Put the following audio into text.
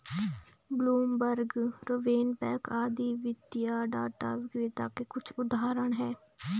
Bloomberg, RavenPack आदि वित्तीय data विक्रेता के कुछ उदाहरण हैं